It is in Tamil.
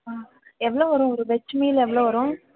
ஆ எவ்வளோ வரும் ஒரு வெஜ் மீல் எவ்வளோ வரும்